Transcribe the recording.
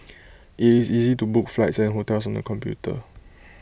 is IT easy to book flights and hotels on the computer